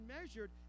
measured